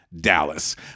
Dallas